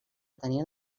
tenien